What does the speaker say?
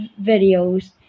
videos